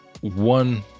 one